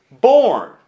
born